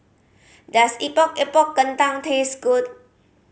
does Epok Epok Kentang taste good